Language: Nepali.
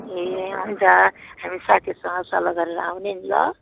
ए हुन्छ हामी साथीहरूसँग सल्लाह गरेर आउने नि ल